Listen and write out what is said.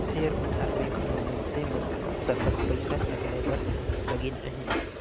share बजार में घलो मइनसे मन सरलग पइसा लगाए बर लगिन अहें